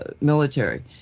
military